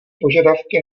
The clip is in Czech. požadavky